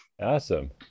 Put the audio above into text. Awesome